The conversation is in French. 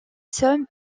somme